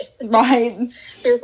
right